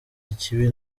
ikibi